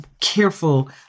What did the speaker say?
careful